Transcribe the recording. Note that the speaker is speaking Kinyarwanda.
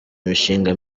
imishinga